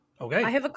Okay